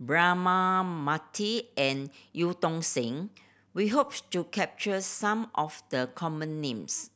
Braema Mathi and Eu Tong Sen we hopes to capture some of the common names